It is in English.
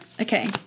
okay